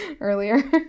earlier